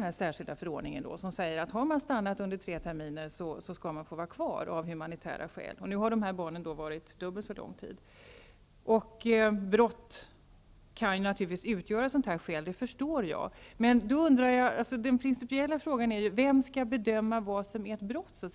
Där sägs att barn som gått i skola under tre terminer skall få vara kvar av humanitära skäl. Nu har alltså dessa barn varit här dubbelt så lång tid. Jag förstår att brott kan utgöra ett särskilt skäl. Den principiella frågan är vem som skall bedöma vad som är brott. Jag